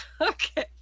Okay